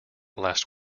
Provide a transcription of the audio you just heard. last